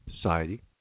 society